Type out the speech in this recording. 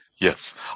Yes